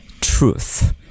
truth